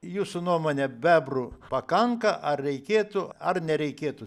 jūsų nuomone bebrų pakanka ar reikėtų ar nereikėtų